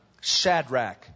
Shadrach